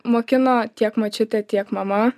mokino tiek močiutė tiek mama